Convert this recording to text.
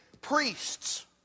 priests